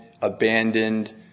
abandoned